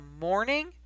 morning